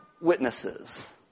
witnesses